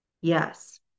Yes